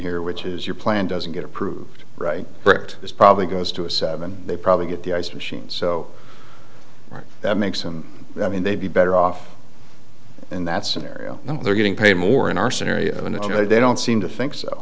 here which is your plan doesn't get approved right bricked this probably goes to a seven they probably get the ice machines so that makes them i mean they'd be better off in that scenario they're getting paid more in our scenario and they don't seem to think so